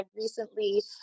recently